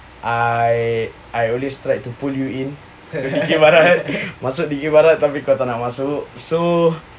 I I always tried to pull you in dikir barat masuk dikir barat tapi kau tak nak masuk so